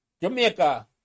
Jamaica